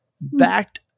backed